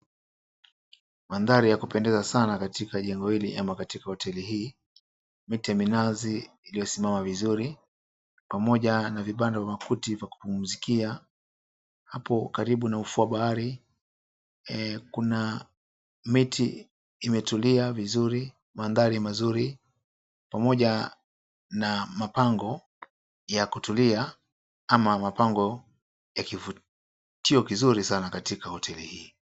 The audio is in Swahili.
Mandhari ya kupendeza sana katika jengo hili ama katika hoteli hii miti, minazi iliyosimama vizuri pamoja na vibanda makuti kwa kupumzikia. Hapo karibu na ufuo wa bahari. Kuna miti imetulia vizuri mandhari mazuri pamoja na mapango ya kutulia ama mapango ya kivutio kizuri sana katika hoteli hii.